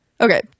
okay